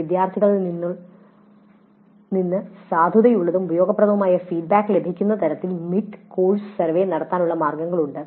വിദ്യാർത്ഥികളിൽ നിന്ന് സാധുതയുള്ളതും ഉപയോഗപ്രദവുമായ ഫീഡ്ബാക്ക് ലഭിക്കുന്ന തരത്തിൽ മിഡ് കോഴ്സ് സർവേകൾ നടത്താനുള്ള മാർഗങ്ങളുണ്ട്